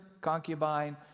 concubine